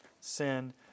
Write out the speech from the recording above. sin